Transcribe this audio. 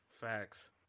Facts